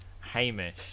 hamish